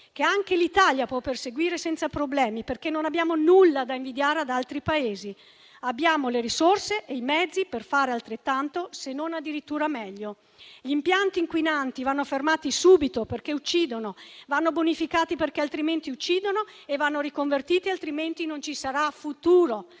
che anche l'Italia può perseguire senza problemi. Non abbiamo nulla da invidiare ad altri Paesi, poiché abbiamo le risorse e i mezzi per fare altrettanto, se non addirittura meglio. Gli impianti inquinanti vanno fermati subito perché uccidono; vanno bonificati altrimenti uccidono e vanno riconvertiti altrimenti non ci sarà futuro: